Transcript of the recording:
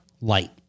light